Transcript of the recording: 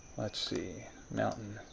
let's see mountain.